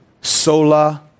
Sola